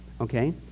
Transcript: Okay